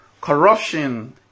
Corruption